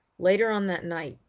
later on that night,